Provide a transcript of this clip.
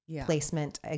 placement